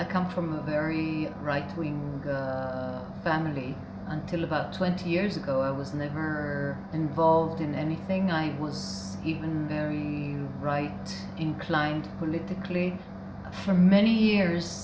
i come from a very rightwing family until about twenty years ago i was not her involved in anything i was even right inclined politically for many years